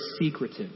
secretive